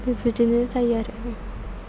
बेबायदिनो जायो आरो